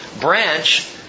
branch